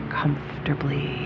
comfortably